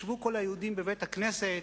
ישבו כל היהודים בבית-הכנסת,